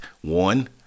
one